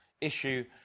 issue